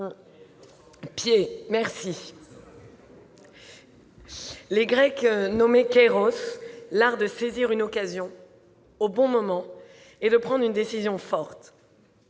Les Grecs nommaient l'art de saisir une occasion au bon moment et de prendre une décision forte.